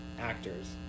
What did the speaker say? actors